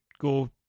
go